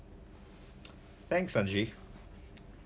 thanks sonji